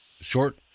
short